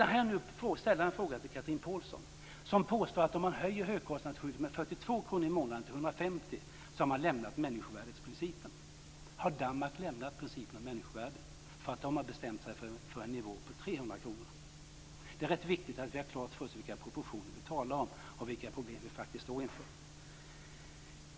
Nu vill jag ställa en fråga till Chatrine Pålsson, som påstår att om man höjer högkostnadsskyddet med 42 kr i månaden till 150 kr har man lämnat människovärdesprincipen. Har Danmark lämnat principen om människovärdet för att de har bestämt sig för en nivå på 300 kr? Det är rätt viktigt att vi har klart för oss vilka proportioner vi talar om och vilka problem vi faktiskt står inför.